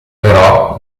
però